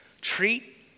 treat